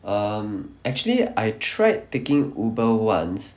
um actually I tried taking Uber once